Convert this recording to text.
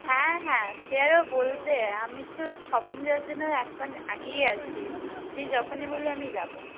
হ্যাঁ হ্যাঁ সে আরও বলতে আমি তো শপিং যাওয়ার জন্য এক পা এগিয়ে আছি তুই যখনই বলবি আমি যাবো